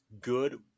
good